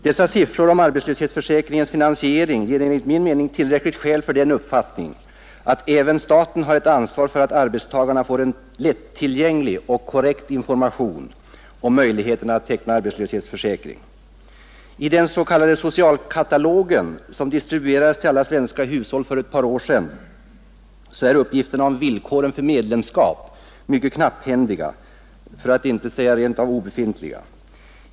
Dessa siffror om arbetslöshetsförsäkringens finansiering ger enligt min mening tillräckliga skäl för den uppfattningen att även staten har ansvar för att arbetstagarna får en lättillgänglig och korrekt information om möjligheterna att teckna arbetslöshetsförsäkring. I den s.k. socialkatalogen, som distribuerades till alla svenska hushåll för ett par år sedan, är uppgifterna om villkoren för medlemskap ytterst knapphändiga, för att inte säga obefintliga.